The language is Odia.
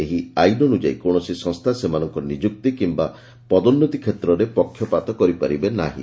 ଏହି ଆଇନ ଅନୁଯାୟୀ କୌଣସି ସଂସ୍ଥା ସେମାନଙ୍କ ନିଯୁକ୍ତି କିମ୍ଘା ପଦୋନ୍ପତି କ୍ଷତ୍ରରେ ପକ୍ଷପାତ କରିପାରିବେ ନାହିଁ